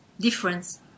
difference